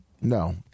No